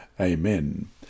Amen